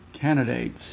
candidates